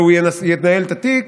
והוא ינהל את התיק,